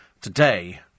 today